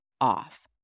off